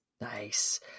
Nice